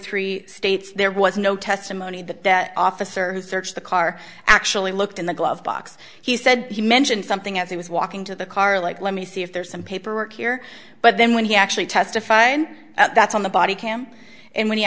three states there was no testimony that that officer who searched the car actually looked in the glove box he said he mentioned something as he was walking to the car like let me see if there's some paperwork here but then when he actually testify and that's on the body cam and when he